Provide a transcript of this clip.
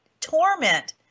torment